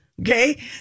Okay